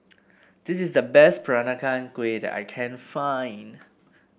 this is the best Peranakan Kueh that I can find